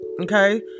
okay